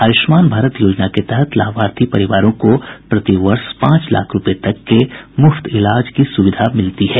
आयुष्मान भारत योजना के तहत लाभार्थी परिवारों को प्रतिवर्ष पांच लाख रुपये तक के मुफ्त इलाज की सुविधा मिलती है